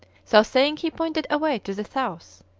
so saying, he pointed away to the south,